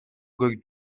going